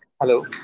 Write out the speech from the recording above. Hello